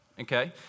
Okay